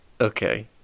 Okay